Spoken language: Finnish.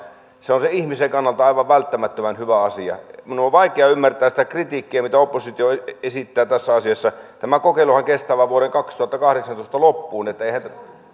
se on sen ihmisen kannalta aivan välttämättömän hyvä asia minun on vaikea ymmärtää sitä kritiikkiä mitä oppositio esittää tässä asiassa tämä kokeiluhan kestää vain vuoden kaksituhattakahdeksantoista loppuun